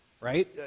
Right